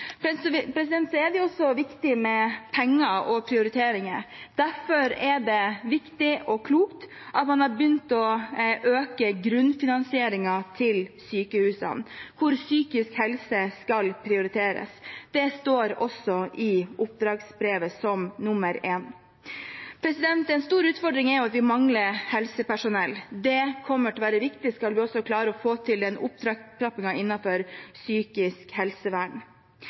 Det er også viktig med penger og prioriteringer. Derfor er det viktig og klokt at man har begynt å øke grunnfinansieringen til sykehusene, hvor psykisk helse skal prioriteres. Det står også i oppdragsbrevet som nummer én. En stor utfordring er at vi mangler helsepersonell. Det kommer til å være viktig om vi også skal klare å få til den opptrappingen innenfor psykisk helsevern.